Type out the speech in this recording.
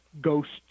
ghosts